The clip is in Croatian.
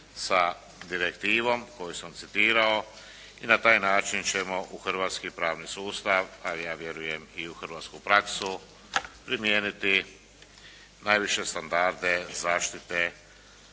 sa direktivom koju sam citirao i na taj način ćemo u hrvatski pravni sustav, a ja vjerujem i u hrvatsku praksu primijeniti najviše standarde zaštite